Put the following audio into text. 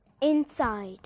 Inside